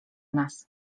nas